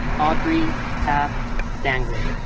audrey taft dangler.